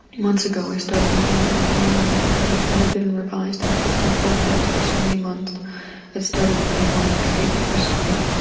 months ago i started writing you a long letter but having edited it, and revised and picked and poked at it for so many months it started to feel more like a paper for school.